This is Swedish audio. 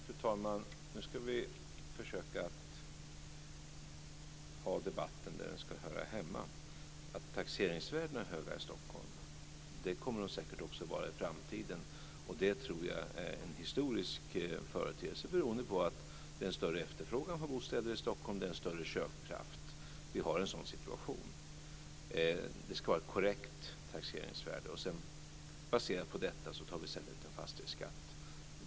Fru talman! Nu ska vi försöka att föra debatten där den hör hemma. Taxeringsvärdena kommer säkert att vara höga i Stockholm även i framtiden. Jag tror att det är en historisk företeelse som beror på att det är en större efterfrågan på bostäder i Stockholm och det finns en större köpkraft. Vi har en sådan situation. Det ska vara ett korrekt taxeringsvärde. Sedan tar vi ut en fastighetsskatt som baseras på detta.